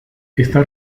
está